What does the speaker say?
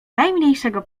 najmniejszego